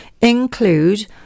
include